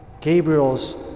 Gabriel's